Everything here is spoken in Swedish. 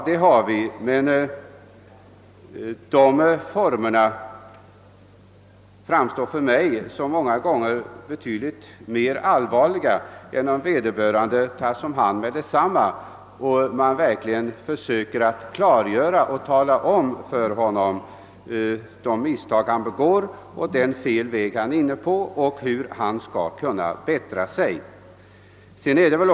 Det har vi, men dessa former framstår för mig som många gånger allvarligare än om vederbörande tas om hand omedelbart och man verkligen försöker klargöra för honom de misstag han begår, att han är inne på fel väg och hur han skall komma ur denna situation.